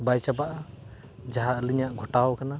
ᱵᱟᱭ ᱪᱟᱵᱟᱜᱼᱟ ᱡᱟᱦᱟᱸ ᱟᱹᱞᱤᱧᱟ ᱜᱷᱚᱴᱟᱣ ᱠᱟᱱᱟ